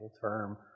term